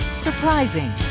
Surprising